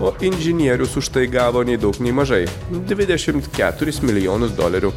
o inžinierius už tai gavo nei daug nei mažai dvidešimt keturis milijonus dolerių